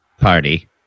party